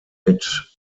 mit